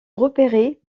repéré